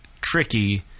tricky